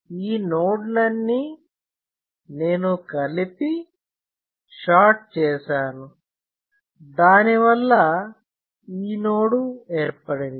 ఈ నోడ్లన్నీ నేను కలిపి షార్ట్ చేశాను దానివల్ల ఈ నోడు ఏర్పడింది